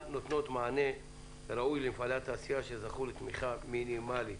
נותנות מענה ראוי למפעלי התעשייה שזכו לתמיכה מינימלית.